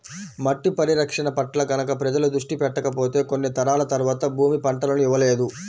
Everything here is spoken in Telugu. మట్టి పరిరక్షణ పట్ల గనక ప్రజలు దృష్టి పెట్టకపోతే కొన్ని తరాల తర్వాత భూమి పంటలను ఇవ్వలేదు